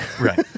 Right